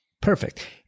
Perfect